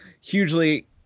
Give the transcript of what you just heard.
hugely